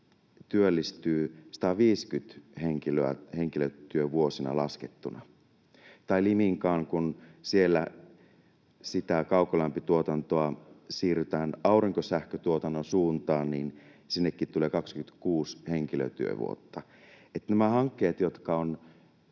työllistyy 150 henkilöä henkilötyövuosina laskettuna. Tai Liminkaan: kun siellä kaukolämpötuotantoa siirretään aurinkosähkötuotannon suuntaan, sinnekin tulee 26 henkilötyövuotta. Nämä hankkeet, jotka on